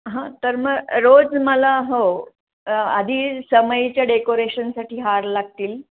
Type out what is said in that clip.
हां तर म रोज मला हो आधी समईच्या डेकोरेशनसाठी हार लागतील